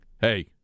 Hey